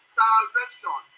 salvation